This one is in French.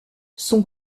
son